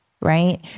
right